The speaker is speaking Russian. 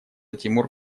тимур